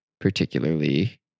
particularly